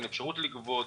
אין אפשרות לגבות.